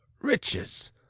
riches